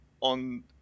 on